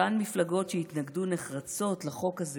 אותן מפלגות שהתנגדו נחרצות לחוק הזה